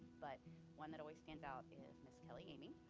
but one that always stands out is miss kelly amy,